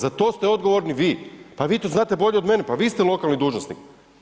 Za to ste odgovorni vi, pa vi to znate bolje od mene, pa vi ste lokalni dužnosnik.